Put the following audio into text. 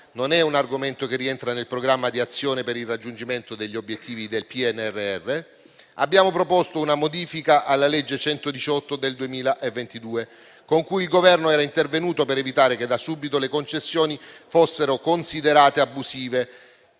non è un argomento che rientra nel programma di azione per il raggiungimento degli obiettivi del PNRR, abbiamo proposto una modifica alla legge n. 118 del 2022, con la quale il Governo era intervenuto per evitare che da subito le concessioni fossero considerate abusive